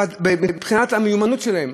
מבחינת המיומנות שלהם.